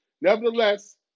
nevertheless